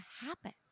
happen